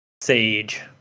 sage